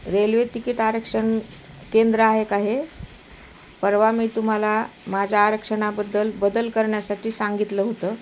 railway ticket आरक्षण केंद्र आहे का आहे परवा मी तुम्हाला माझ्या आरक्षणाबद्दल बदल करण्यासाठी सांगितलं होतं